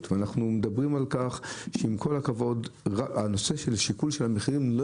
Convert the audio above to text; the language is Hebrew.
ואנחנו מדברים על כך שעם כל הכבוד הנושא של שיקול של המחירים לא